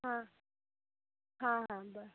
हां हां हां ब